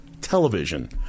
television